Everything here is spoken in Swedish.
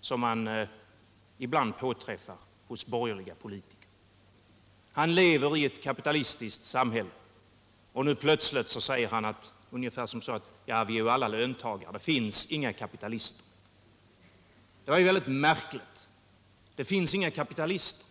som man ibland påträffar hos borgerliga politiker. Han lever i ett kapitalistiskt samhälle, och nu plötsligt säger han: Vi är alla löntagare — det finns inga kapitalister. Det är väldigt märkligt. Det finns inga kapitalister!